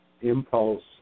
impulse